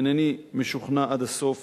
אינני משוכנע עד הסוף